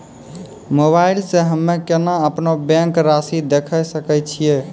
Mobile मे हम्मय केना अपनो बैंक रासि देखय सकय छियै?